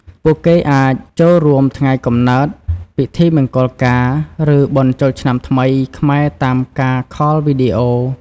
ពួកគេអាចចូលរួមថ្ងៃកំណើត ពិធីមង្គលការឬបុណ្យចូលឆ្នាំថ្មីខ្មែរតាមការខលវីដេអូ។